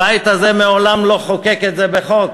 הבית הזה מעולם לא חוקק את זה בחוק